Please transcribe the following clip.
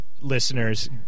listeners